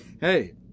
Hey